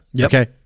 okay